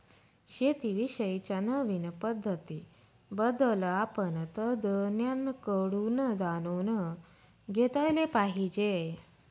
शेती विषयी च्या नवीन पद्धतीं बद्दल आपण तज्ञांकडून जाणून घेतले पाहिजे